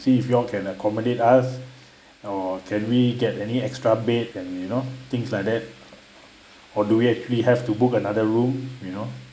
see if you all can accommodate us or can we get any extra bed and you know things like that or do we actually have to book another room you know